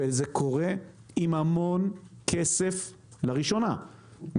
הרבה כסף מושקע פה,